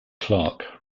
clarke